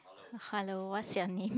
hello what's your name